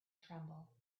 tremble